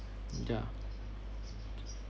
ya